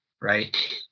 right